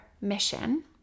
mission